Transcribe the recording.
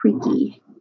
creaky